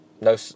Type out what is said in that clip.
No